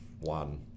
one